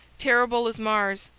terrible as mars,